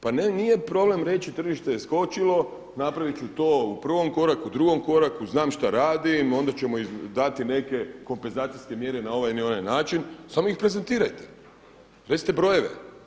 Pa nije problem reći tržište je skočilo, napravit ću to u prvom koraku, drugom koraku, znam šta radim, onda ćemo im dati neke kompenzacijske mjere na ovaj ili na onaj način samo ih prezentirajte, recite brojeve.